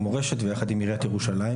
מורשת ומסורת ישראל ועם עיריית ירושלים.